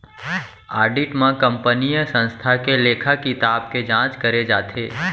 audit म कंपनीय संस्था के लेखा किताब के जांच करे जाथे